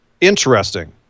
Interesting